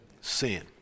sin